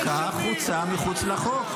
כך הוצאה מחוץ לחוק.